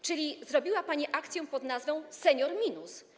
Czyli zrobiła pani akcję pod nazwą senior minus.